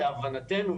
להבנתנו,